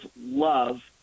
love